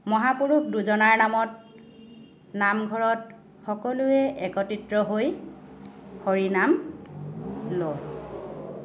মহাপুৰুষ দুজনাৰ নামত নামঘৰত সকলোৱে একত্ৰিত হৈ হৰিনাম লওঁ